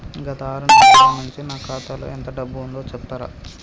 గత ఆరు నెలల నుంచి నా ఖాతా లో ఎంత డబ్బు ఉందో చెప్తరా?